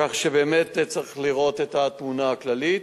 כך שבאמת צריך לראות את התמונה הכללית.